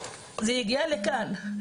זה הגיע לכאן,